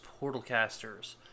Portalcasters